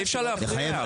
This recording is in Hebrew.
אי-אפשר להפריע.